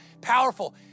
powerful